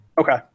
Okay